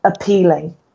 appealing